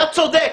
אתה צודק.